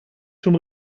schon